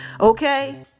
okay